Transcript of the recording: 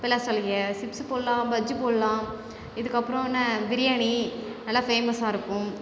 பலாசொளைய chips போடலாம் பஜ்ஜி போடலாம் இதுக்கப்புறம் என்ன பிரியாணி நல்லா ஃபேமஸாக இருக்கும்